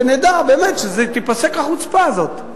כדי שתיפסק החוצפה הזאת.